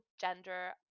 gender